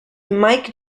mike